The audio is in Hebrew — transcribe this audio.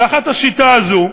תחת השיטה הזאת,